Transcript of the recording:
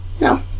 no